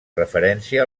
referència